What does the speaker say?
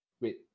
wait